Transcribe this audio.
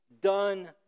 done